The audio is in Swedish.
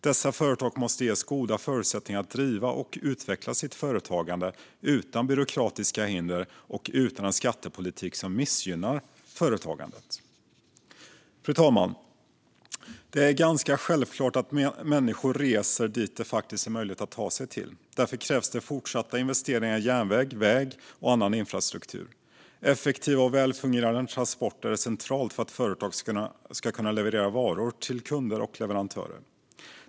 Dessa företag måste ges goda förutsättningar att driva och utveckla sitt företagande utan byråkratiska hinder och utan en skattepolitik som missgynnar företagandet. Fru talman! Det är ganska självklart att människor reser dit det faktiskt är möjligt att ta sig till. Därför krävs fortsatta investeringar i järnväg, väg och annan infrastruktur. Effektiva och väl fungerande transporter är centralt för att företag ska kunna leverera varor till kunder och leverantörer.